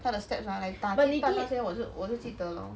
它的 steps ah like 打鸡蛋那些我就记得 lor